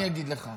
אני אגיד לך,